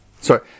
Sorry